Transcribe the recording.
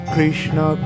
Krishna